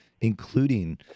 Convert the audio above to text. including